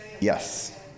Yes